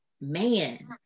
man